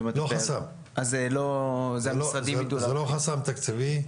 זה לא חסם תקציבי.